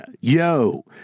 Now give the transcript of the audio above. Yo